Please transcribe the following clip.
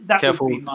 Careful